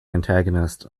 antagonist